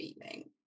feeling